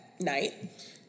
Night